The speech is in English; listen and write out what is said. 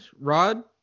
Rod